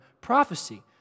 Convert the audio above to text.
prophecy